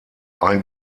ein